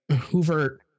hoover